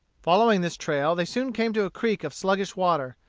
following this trail, they soon came to a creek of sluggish water.